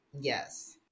Yes